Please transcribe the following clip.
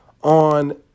On